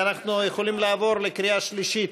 אנחנו יכולים לעבור לקריאה שלישית.